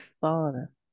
father